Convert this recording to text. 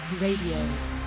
RADIO